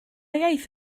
iaith